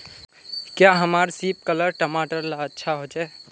क्याँ हमार सिपकलर टमाटर ला अच्छा होछै?